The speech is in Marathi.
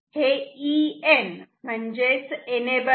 हे EN म्हणजेच एनेबल आहे